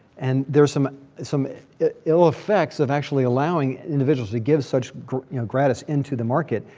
and there's some some ill effects of actually allowing individuals to give such gratis into the market.